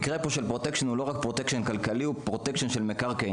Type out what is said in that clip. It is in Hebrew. מקרי ה- Protection הוא לא רק כלכלי אלא גם Protection של מקרקעין.